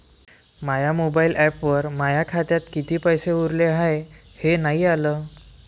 माया mobile ॲपवर माया खात्यात किती पैसे उरले हाय हे नाही आलं